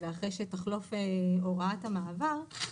אחרי שתחלוף הוראת המעבר,